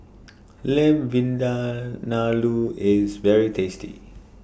Lamb IS very tasty